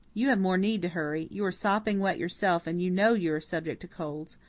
you have more need to hurry. you are sopping wet yourself and you know you are subject to colds.